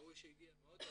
ההוא שהגיע מהודו,